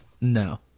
No